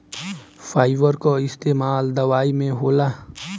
fibre कअ इस्तेमाल दवाई में होला